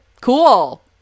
cool